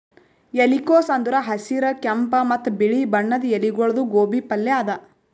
ಎಲಿಕೋಸ್ ಅಂದುರ್ ಹಸಿರ್, ಕೆಂಪ ಮತ್ತ ಬಿಳಿ ಬಣ್ಣದ ಎಲಿಗೊಳ್ದು ಗೋಬಿ ಪಲ್ಯ ಅದಾ